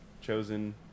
chosen